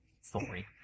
sorry